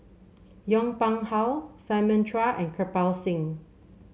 Yong Pung How Simon Chua and Kirpal Singh